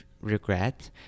regret